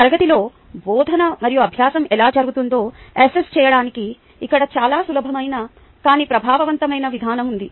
ఒక తరగతిలో బోధన మరియు అభ్యాసం ఎలా జరుగుతుందో అసెస్ చేయడానికి ఇక్కడ చాలా సులభమైన కానీ ప్రభావవంతమైన విధానం ఉంది